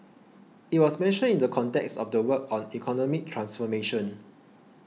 it was mentioned in the context of the work on economic transformation